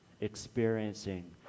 experiencing